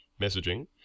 messaging